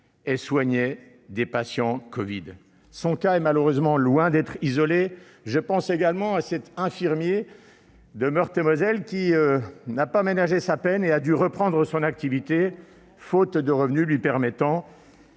et soignait des patients covid. Et son cas est malheureusement loin d'être isolé. Je pense aussi à cet infirmier de Meurthe-et-Moselle qui n'a pas ménagé sa peine et a dû reprendre son activité, faute de revenus lui permettant